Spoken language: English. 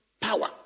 power